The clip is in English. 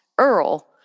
Earl